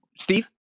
Steve